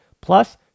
Plus